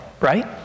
right